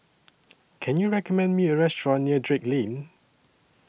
Can YOU recommend Me A Restaurant near Drake Lane